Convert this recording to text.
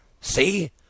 See